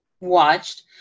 watched